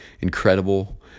incredible